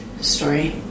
story